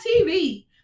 TV